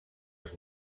els